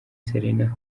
serena